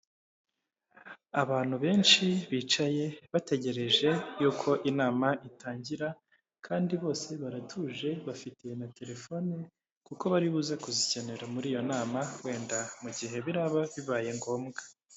Abantu benshi bicaye bategereje yuko inama itangira, kandi bose baratuje bafitiye na telefone kuko bari buze kuzikenera muri iyo nama wenda mu gihe biraba bibaye ngombwa.